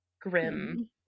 grim